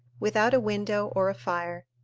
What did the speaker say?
without a window or a fire.